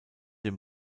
den